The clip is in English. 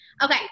Okay